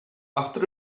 after